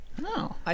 No